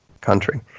country